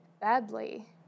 badly